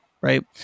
right